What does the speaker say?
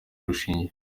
urushinge